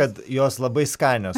kad jos labai skanios